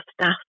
staff